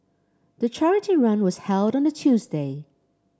the charity run was held on a Tuesday